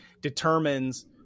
determines